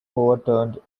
overturned